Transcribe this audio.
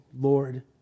lord